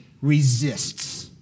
resists